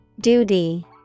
Duty